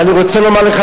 ואני רוצה לומר לך,